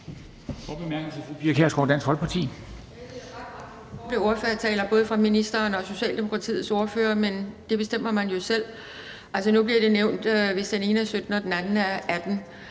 kort bemærkning til fru Pia Kjærsgaard, Dansk Folkeparti.